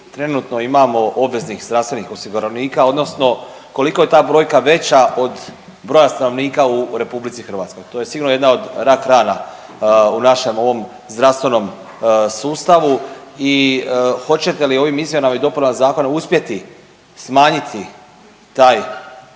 trenutno imamo obveznih zdravstvenih osiguranika, odnosno koliko je ta brojka veća od broja stanovnika u Republici Hrvatskoj. To je sigurno jedna od rak rana u našem ovom zdravstvenom sustavu i hoćete li ovim izmjenama i dopunama zakona uspjeti smanjiti taj